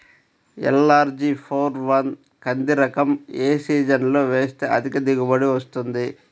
LRG four one కంది రకం ఏ సీజన్లో వేస్తె అధిక దిగుబడి వస్తుంది?